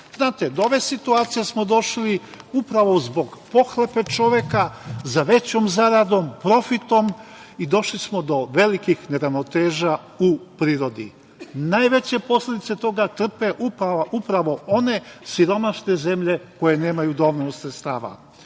do ove situacije smo došli upravo zbog pohlepe čoveka za većom zaradom, profitom i došli smo velikih neravnoteža u prirodi. Najveće posledice toga trpe upravo one siromašne zemlje koje nemaju dovoljno sredstava. Da